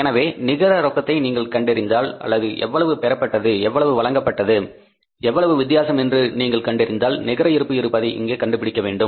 எனவே நிகர ரொக்கத்தை நீங்கள் கண்டறிந்தால் அல்லது எவ்வளவு பெறப்பட்டது எவ்வளவு வழங்கப்பட்டது எவ்வளவு வித்தியாசம் என்று நீங்கள் கண்டறிந்தால் நிகர இருப்பு இருப்பதை இங்கே கண்டுபிடிக்க வேண்டும்